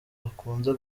bakunze